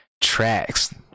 tracks